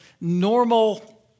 normal